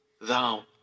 Thou